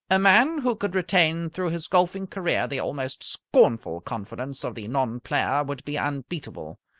a man who could retain through his golfing career the almost scornful confidence of the non-player would be unbeatable.